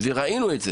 ראינו את זה